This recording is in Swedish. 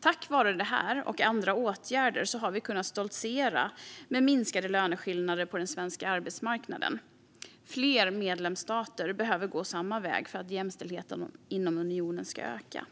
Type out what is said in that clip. Tack vare detta och andra åtgärder har vi kunnat stoltsera med minskade löneskillnader på den svenska arbetsmarknaden. Fler medlemsstater behöver gå samma väg för att jämställdheten inom unionen ska öka.